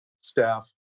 staff